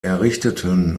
errichteten